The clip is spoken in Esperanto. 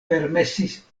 permesis